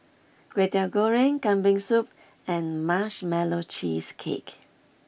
Kway Teow Goreng Kambing Soup and Marshmallow Cheesecake